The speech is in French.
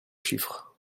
chiffres